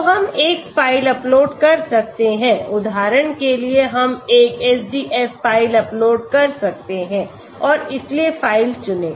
तो हम एक फ़ाइल अपलोड कर सकते हैं उदाहरण के लिए हम एक SDF फ़ाइल अपलोड कर सकते हैं और इसलिए फ़ाइल चुनें